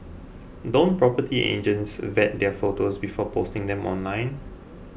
don't property agents vet their photos before posting them online